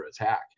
attack